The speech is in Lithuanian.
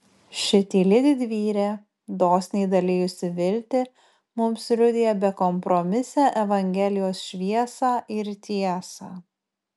ši tyli didvyrė dosniai dalijusi viltį mums liudija bekompromisę evangelijos šviesą ir tiesą